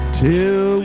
till